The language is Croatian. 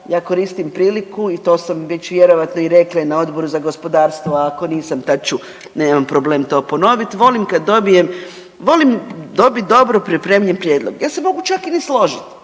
ja koristim priliku i to sam vjerojatno već i rekla na Odboru za gospodarstvo ako nisam, tad ću, nemam problem to ponoviti. Volim kad dobijem, volim dobiti dobro pripremljen prijedlog. Ja se mogu čak i ne složiti,